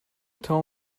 tell